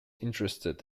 interested